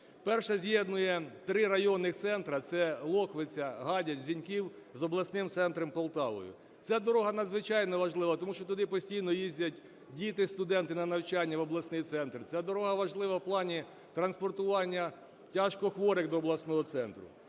Перша з'єднує три районних центри - це Лохвиця, Гадяч, Зіньків - з обласним центром Полтавою. Ця дорога надзвичайно важлива, тому що туди постійно їздять діти студенти на навчання в обласний центр, ця дорога важлива в плані транспортування тяжкохворих до обласного центру.